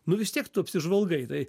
nu vis tiek tu apsižvalgai tai